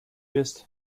ist